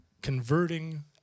Converting